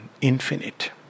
infinite